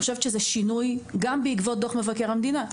ואני חושבת שזה שינוי שנעשה גם בעקבות דו״ח מבקר המדינה.